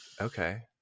Okay